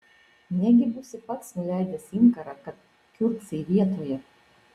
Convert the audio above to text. negi būsi pats nuleidęs inkarą kad kiurksai vietoje